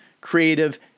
creative